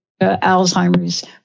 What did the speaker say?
Alzheimer's